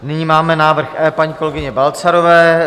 Nyní máme návrh E paní kolegyně Balcarové.